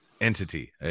entity